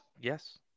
Yes